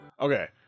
Okay